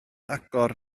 agor